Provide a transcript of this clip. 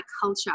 culture